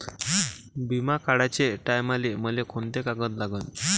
बिमा काढाचे टायमाले मले कोंते कागद लागन?